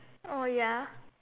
oh ya